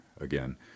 again